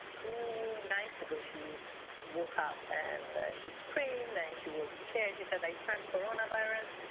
two nights ago, she woke up and she screamed. then she was scared. she said, i dreamt corona virus.